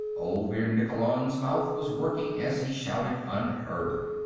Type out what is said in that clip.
olvir nikkolon's mouth was working as he shouted unheard.